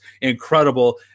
incredible